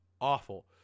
awful